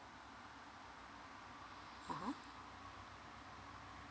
mmhmm